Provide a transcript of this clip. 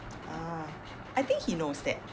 ah I think he knows that